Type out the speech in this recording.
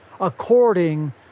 according